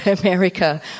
America